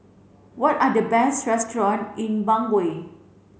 what are the best restaurants in Bangui